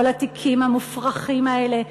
כל התיקים המופרכים האלה,